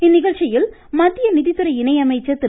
இந்நிகழ்ச்சியில் மத்திய நிதித்துறை இணையமைச்சர் திரு